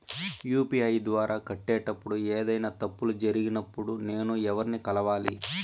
UPI ద్వారా కట్టేటప్పుడు ఏదైనా తప్పులు జరిగినప్పుడు నేను ఎవర్ని కలవాలి?